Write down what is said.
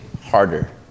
harder